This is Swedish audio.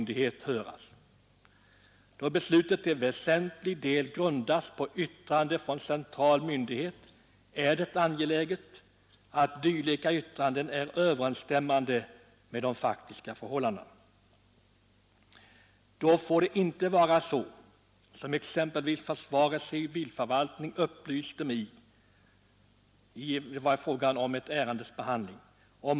Då beslutet till väsentlig del grundas på yttrande från central myndighet är det angeläget att yttrandet överensstämmer med de faktiska förhållandena. Då får det inte gå till så som exempelvis försvarets civilförvaltning upplyste mig om att det hade gjort i fråga om ett ärendes behandling.